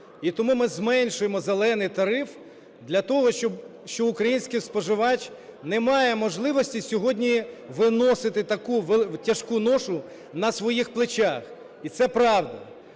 і тому ми зменшуємо "зелений" тариф для того, щоб… що український споживач не має можливості сьогодні виносити таку тяжку ношу на своїх плечах. І це правда.